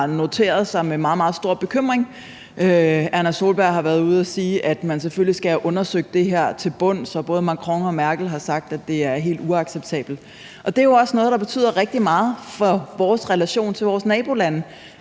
sig med meget, meget stor bekymring. Erna Solberg har været ude at sige, at man selvfølgelig skal have undersøgt det her til bunds, og både Macron og Merkel har sagt, at det er helt uacceptabelt. Det er jo også noget, der betyder rigtig meget for vores relation til vores nabolande,